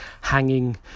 hanging